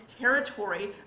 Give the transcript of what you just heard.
territory